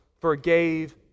forgave